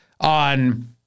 on